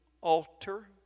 altar